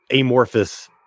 amorphous